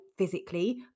physically